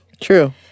True